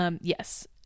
yes